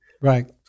Right